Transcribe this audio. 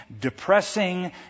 depressing